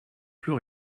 plus